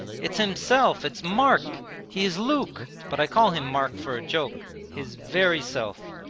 it's himself, it's mark. he is luke, but i call him mark for a joke. his very self!